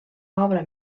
obra